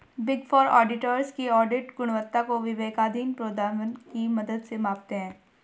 big four auditors की audit गुणवत्ता को विवेकाधीन प्रोद्भवन की मदद से मापते हैं